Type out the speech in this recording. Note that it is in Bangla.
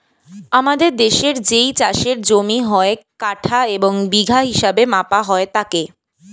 আমাদের দেশের যেই চাষের জমি হয়, কাঠা এবং বিঘা হিসেবে মাপা হয় তাকে